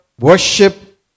worship